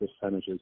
percentages